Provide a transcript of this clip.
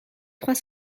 trois